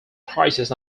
prices